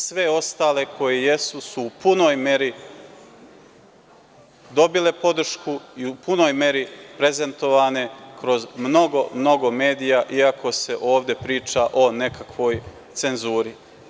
Sve ostale koje jesu su u punoj meri dobile podršku i u punoj meri prezentovane kroz mnogo, mnogo medija, iako se ovde priča o nekakvoj cenzuri.